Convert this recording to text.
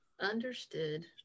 understood